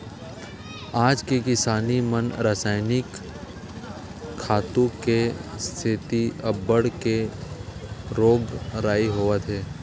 आज के किसानी म रसायनिक खातू के सेती अब्बड़ के रोग राई होवत हे